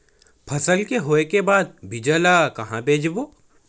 फसल के होय के बाद बीज ला कहां बेचबो?